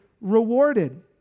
rewarded